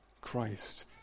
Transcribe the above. Christ